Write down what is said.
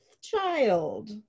child